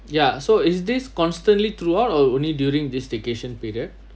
ya so is this constantly throughout or only during this staycation period